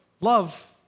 love